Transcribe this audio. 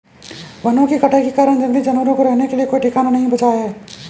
वनों की कटाई के कारण जंगली जानवरों को रहने के लिए कोई ठिकाना नहीं बचा है